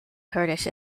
kurdish